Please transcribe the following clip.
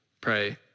Pray